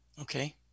Okay